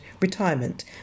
retirement